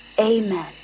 Amen